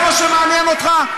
זה מה שמעניין אותך?